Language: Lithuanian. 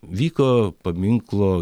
vyko paminklo